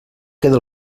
queda